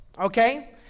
Okay